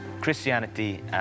Christianity